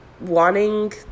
wanting